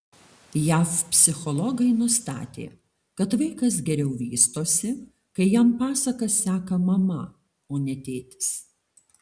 jav psichologai nustatė kad vaikas geriau vystosi kai jam pasakas seka mama o ne tėtis